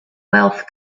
wealth